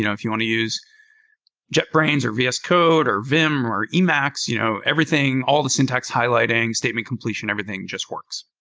if you want to use jetbrains, or vscode, or vim, or emacs, you know everything, all the syntax highlighting, statement completion, everything, just works.